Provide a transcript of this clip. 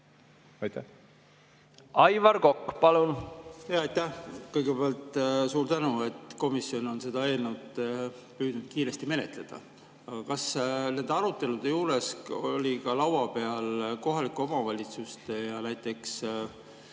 palun! Aivar Kokk, palun! Aitäh! Kõigepealt suur tänu, et komisjon on seda eelnõu püüdnud kiiresti menetleda. Aga kas nende arutelude juures oli laua peal ka kohalike omavalitsuste ja näiteks